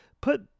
put